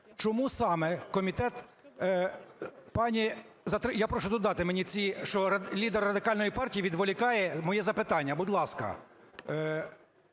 чому саме комітет… Пані… Я прошу додати мені ці… щодо лідер Радикальної партії відволікає моє запитання, будь ласка!